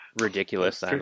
ridiculous